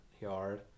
yard